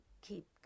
keep